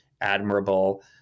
admirable